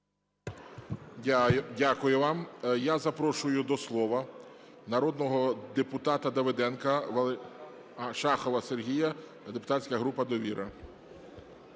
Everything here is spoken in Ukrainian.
дякую вам. Я запрошую до слова народного депутата Давиденка… Шахова Сергія, депутатська група "Довіра".